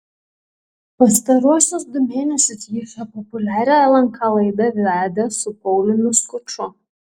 pastaruosius du mėnesius ji šią populiarią lnk laidą vedė su pauliumi skuču